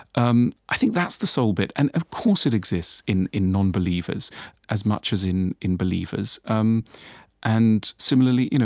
um i think that's the soul bit. and of course, it exists in in nonbelievers as much as in in believers um and similarly, you know